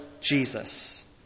Jesus